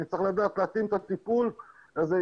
אני צריך לדעת להתאים את הטיפול לזה.